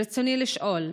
ברצוני לשאול: